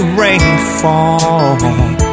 rainfall